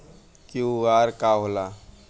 QR का होला?